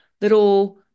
little